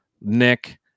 Nick